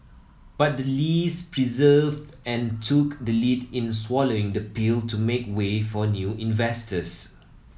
but the Lees persevered and took the lead in swallowing the pill to make way for new investors